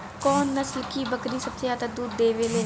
कौन नस्ल की बकरी सबसे ज्यादा दूध देवेले?